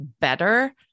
better